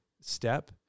step